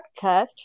podcast